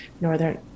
Northern